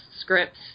scripts